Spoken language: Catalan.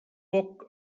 poc